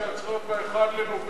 1 בנובמבר,